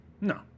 No